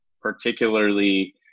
particularly